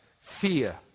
fear